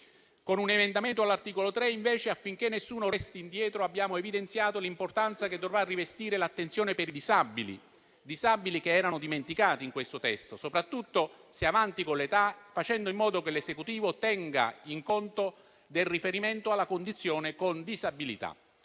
Con un emendamento all'articolo 3, invece, affinché nessuno resti indietro, abbiamo evidenziato l'importanza che dovrà rivestire l'attenzione per i disabili, che erano dimenticati in questo testo, soprattutto se avanti con l'età, facendo in modo che l'Esecutivo tenga conto del riferimento alla condizione di disabilità.